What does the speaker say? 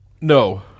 No